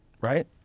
Right